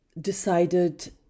decided